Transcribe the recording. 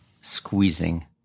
squeezing